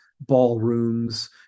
ballrooms